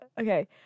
Okay